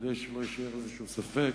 כדי שלא יישאר איזה ספק,